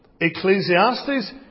Ecclesiastes